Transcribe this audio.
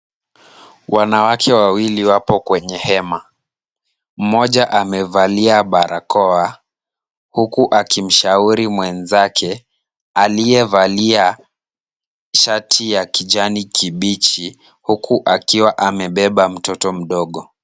Wanawake wawili wapo kwenye hema. Mmoja amevalia barakoa huku akimshauri mwenzake aliyevalia shati ya kijani kibichi huku akiwa amebeba mtoto mdogo.